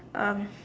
um